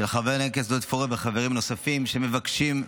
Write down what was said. של חבר הכנסת עודד פורר וחברי כנסת נוספים,